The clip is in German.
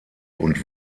und